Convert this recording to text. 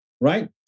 right